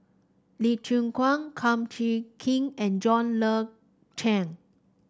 Lee Chin Koon Kum Chee Kin and John Le Cain